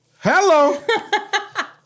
Hello